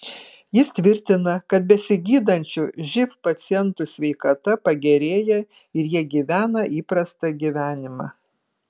jis tvirtina kad besigydančių živ pacientų sveikata pagerėja ir jie gyvena įprastą gyvenimą